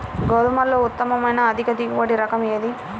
గోధుమలలో ఉత్తమమైన అధిక దిగుబడి రకం ఏది?